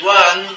one